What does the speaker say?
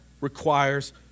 requires